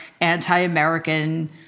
anti-American